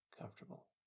comfortable